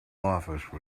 office